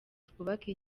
twubake